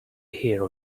hear